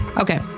Okay